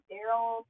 Daryl